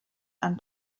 and